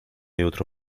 jutro